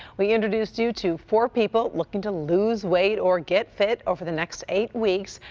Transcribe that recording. we introduce you to four people looking to lose weight or get fit over the next eight weeks.